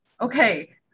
Okay